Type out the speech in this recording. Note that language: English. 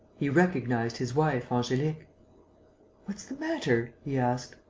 he recognized his wife, angelique what's the matter? he asked.